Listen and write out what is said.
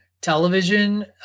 television